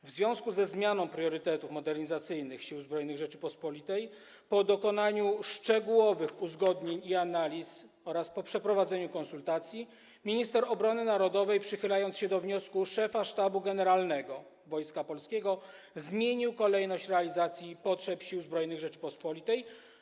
W związku ze zmianą priorytetów modernizacyjnych Sił Zbrojnych Rzeczypospolitej, po dokonaniu szczegółowych uzgodnień i analiz oraz po przeprowadzeniu konsultacji minister obrony narodowej, przychylając się do wniosku szefa Sztabu Generalnego Wojska Polskiego, zmienił kolejność realizacji potrzeb Sił Zbrojnych Rzeczypospolitej.